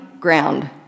ground